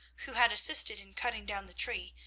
who had assisted in cutting down the tree,